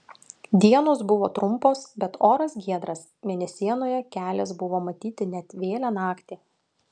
dienos buvo trumpos bet oras giedras mėnesienoje kelias buvo matyti net vėlią naktį